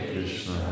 Krishna